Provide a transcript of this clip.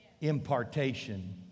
impartation